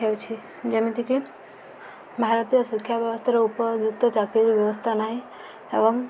ହେଉଛି ଯେମିତିକି ଭାରତୀୟ ଶିକ୍ଷା ବ୍ୟବସ୍ଥାର ଉପଯୁକ୍ତ ଚାକିରି ବ୍ୟବସ୍ଥା ନାହିଁ ଏବଂ